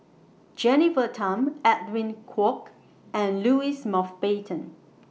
Jennifer Tham Edwin Koek and Louis Mountbatten